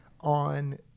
on